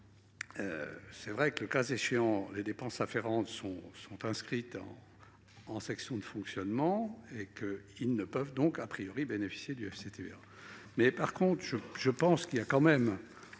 le sais bien, le cas échéant, les dépenses afférentes sont inscrites en section de fonctionnement. Elles ne peuvent donc pas, bénéficier du FCTVA. En revanche, je pense qu'il y a quand même,